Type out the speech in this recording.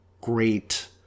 great